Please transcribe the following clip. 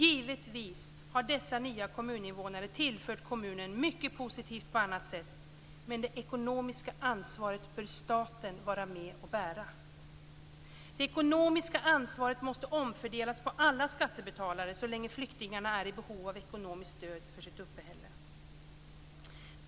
Givetvis har dessa nya kommunivånare tillfört kommunerna mycket positivt på annat sätt, men det ekonomiska ansvaret bör staten vara med och bära. Det ekonomiska ansvaret måste omfördelas på alla skattebetalare så länge flyktingarna är i behov av ekonomiskt stöd för sitt uppehälle.